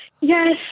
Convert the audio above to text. Yes